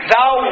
Thou